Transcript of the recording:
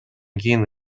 кийин